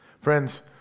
Friends